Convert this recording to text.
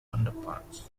underparts